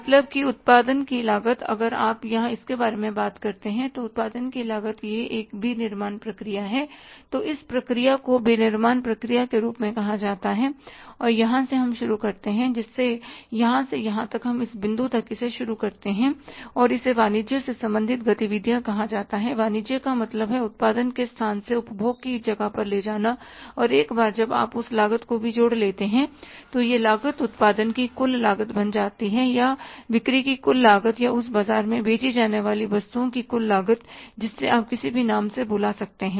मतलब की उत्पादन की लागत अगर आप यहाँ इसके बारे में बात करते हैं तो उत्पादन की लागत तक यह एक विनिर्माण प्रक्रिया है तो इस प्रक्रिया को विनिर्माण प्रक्रिया के रूप में कहा जाता है और यहाँ से हम शुरू करते हैं जिससे यहां से यहां तक हम इस बिंदु तक इसे शुरू करते हैं और इसे वाणिज्य से संबंधित गतिविधियाँ कहा जाता है वाणिज्य का मतलब है उत्पादन के स्थान से उपभोग की जगह पर ले जाना और एक बार जब आप उस लागत को भी जोड़ लेते हैं तो यह लागत उत्पादन की कुल लागत बन जाती है या बिक्री की कुल लागत या उस बाजार में बेची जाने वाली वस्तुओं की कुल लागत जिससे आप किसी भी नाम से बुला सकते हैं